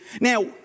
Now